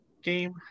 game